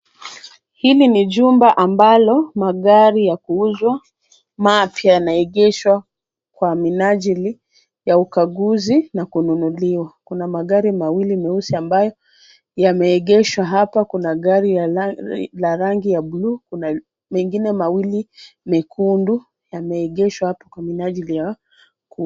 Hili ni jumba ambalo magari ya kuuzwa mapya yanaegeshwa kwa minajili ya ukaguzi na kununuliwa. Kuna magari mawili meusi ambayo yameegeshwa hapa. Kuna gari la rangi ya bluu, kuna mengine mawili mekundu yameegeshwa hapo.